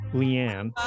leanne